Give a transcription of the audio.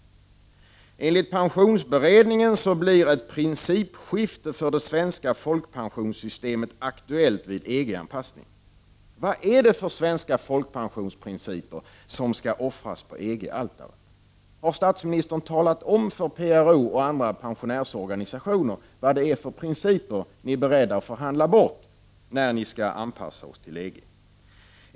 Enligt pensionsberedningen blir det aktuellt med ett principskifte för det svenska folkpensionssystemet vid en EG-anpassning. Vilka svenska folkpensionsprinciper skall offras på EG-altaret? Har statsministern talat om för PRO och andra pensionärsorganisationer vilka principer ni är beredda att förhandla bort vid en anpassning till EG?